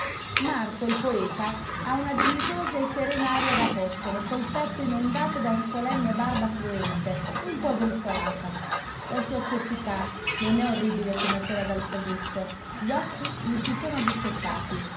marco il poeta ha una dignitosa e serena aria da apostolo col petto inondato da una solenne barba fluente un po brizzolata la sua cecità non è orribile come quella d'alfreduccio gli occhi gli si sono disseccati